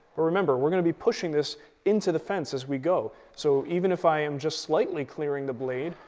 but remember, we're going to be pushing this into the fence as we go so even if i am just slightly clearing the blade,